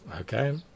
Okay